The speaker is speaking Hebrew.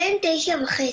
בן תשע וחצי.